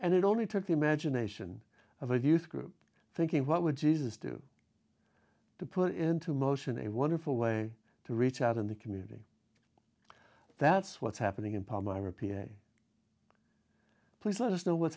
and it only took the imagination of the youth group thinking what would jesus do to put into motion a wonderful way to reach out in the community that's what's happening in palmyra p s please let us know what's